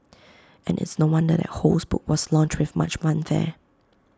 and it's no wonder that Ho's book was launched with much